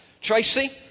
Tracy